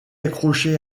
accrochés